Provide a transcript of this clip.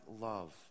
love